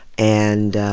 and